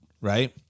right